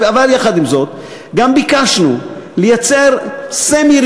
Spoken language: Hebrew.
אבל יחד עם זאת, ביקשנו לייצר סמי-רגולציה.